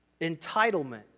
entitlement